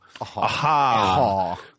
Aha